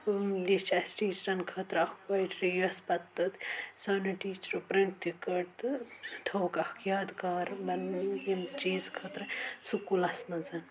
یہِ چھِ اَسہِ ٹیٖچرَن خٲطرٕ اَکھ پویٹری یۄس پَتہٕ سانیو ٹیٖچرو پرٛنٛٹ تہِ کٔر تہٕ تھوکھ اَکھ یادگار بَن ییٚمہِ چیٖز خٲطرٕ سکوٗلَس منٛز